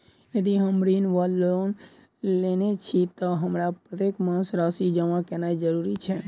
यदि हम ऋण वा लोन लेने छी तऽ हमरा प्रत्येक मास राशि जमा केनैय जरूरी छै?